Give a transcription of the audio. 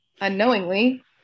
unknowingly